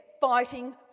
fighting